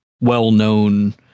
well-known